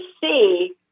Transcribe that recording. see